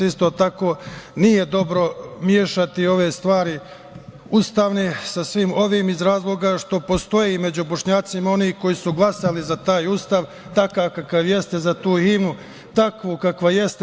Isto tako, nije dobro mešati ove stvari ustavne sa svim ovim iz razloga što postoje i među Bošnjacima oni koji su glasali za taj Ustav takav kakav jeste, za tu himnu takvu kakva jeste.